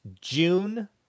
June